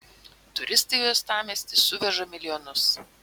turistai į uostamiestį suveža milijonus